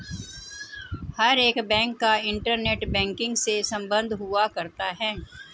हर एक बैंक का internet banking से सम्बन्ध हुआ करता है